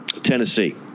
tennessee